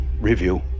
review